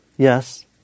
Yes